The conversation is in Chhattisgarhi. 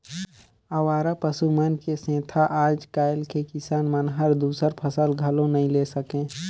अवारा पसु मन के सेंथा आज कायल के किसान मन हर दूसर फसल घलो नई ले सके